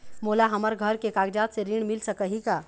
मोला हमर घर के कागजात से ऋण मिल सकही का?